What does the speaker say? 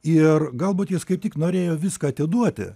ir galbūt jis kaip tik norėjo viską atiduoti